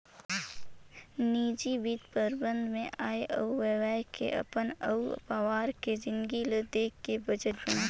निजी बित्त परबंध मे आय अउ ब्यय के अपन अउ पावार के जिनगी ल देख के बजट बनाथे